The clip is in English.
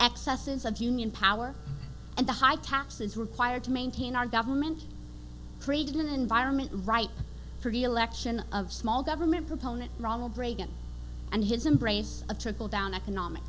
excesses of union power and the high taxes required to maintain our government created an environment right pretty election of small government proponent ronald reagan and his embrace of trickle down economic